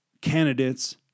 candidates